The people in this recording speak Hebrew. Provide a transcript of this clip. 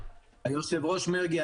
היושב-ראש מרגי,